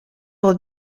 will